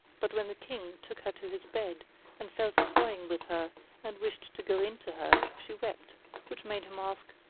but when the king took her to his bed and fell to toying with her and wished to go in to her she wept which made him ask,